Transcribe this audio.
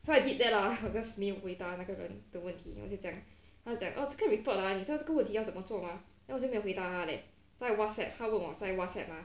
so I did that lah just 没有回答那个人的问题然后就讲讲 orh 这个 report lah 你知道这个问题要怎么做吗 then 我就没有回答他 eh 在 whatsapp 他问我在 whatsapp ah